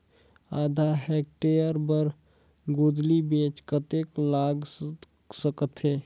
आधा हेक्टेयर बर गोंदली बीच कतेक लाग सकथे?